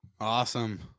Awesome